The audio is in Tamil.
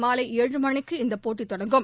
மாலை ஏழு மணிக்கு இந்த போட்டி தொடங்கும்